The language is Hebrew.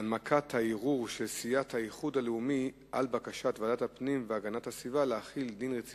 האם הנציגות הישראלית באוסלו עסקה באירוע